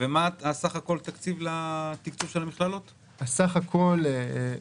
סך הכול תקציב לתקצוב המכללות ב-21'